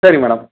சரி மேடம்